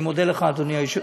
אני מודה לך, אדוני היושב-ראש.